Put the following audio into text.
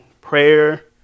prayer